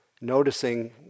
noticing